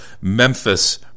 Memphis